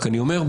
רק אני אומר,